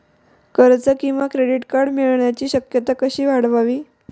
कर्ज किंवा credit card मिळण्याची शक्यता कशी वाढवावी?